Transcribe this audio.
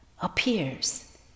appears